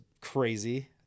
crazy